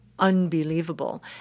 unbelievable